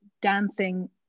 dancing